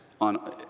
on